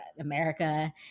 America